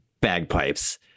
bagpipes